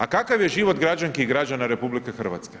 A kakav je život građanki i građana RH?